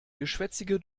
geschwätzige